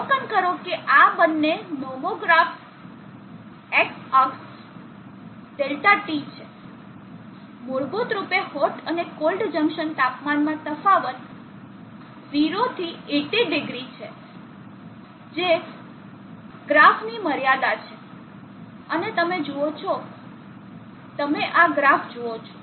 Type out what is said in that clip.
અવલોકન કરો કે આ બંને નોમોગ્રાફ્સની એક્સ અક્ષ Δt છે મૂળરૂપે હોટ અને કોલ્ડ જંકશન તાપમાનમાં તફાવત 0 થી 800 છે જે ગ્રાફની મર્યાદા છે અને તમે જુઓ છો તમે આ ગ્રાફ જુઓ છો